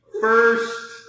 First